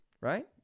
right